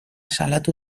salatu